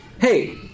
Hey